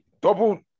double